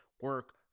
Work